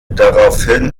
daraufhin